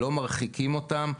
אנחנו לא מרחיקים אותם,